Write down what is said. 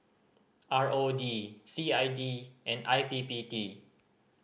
R O D C I D and I P P T